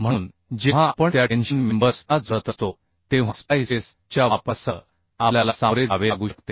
म्हणून जेव्हा आपण त्या टेन्शन मेंबर्स ना जोडत असतो तेव्हा स्प्लाइसेस च्या वापरासह आपल्याला सामोरे जावे लागू शकते